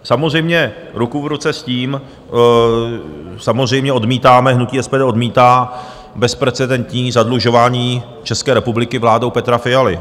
Samozřejmě, ruku v ruce s tím samozřejmě odmítáme, hnutí SPD odmítá, bezprecedentní zadlužování české republiky vládou Petra Fialy.